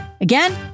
Again